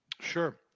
Sure